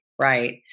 Right